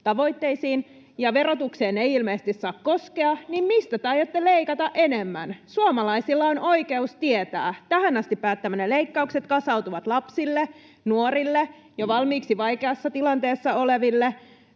tavoitteisiin ja verotukseen ei ilmeisesti saa koskea, niin mistä te aiotte leikata enemmän. Suomalaisilla on oikeus tietää. Tähän asti päättämänne leikkaukset kasautuvat lapsille, nuorille, jo valmiiksi vaikeassa tilanteessa oleville.